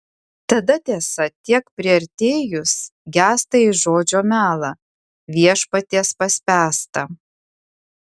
tada tiesa tiek priartėjus gęsta į žodžio melą viešpaties paspęstą